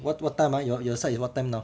what what time ah your your side is what time now